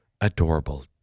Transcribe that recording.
adorable